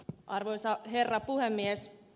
arvoisa herra puhemies